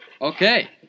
Okay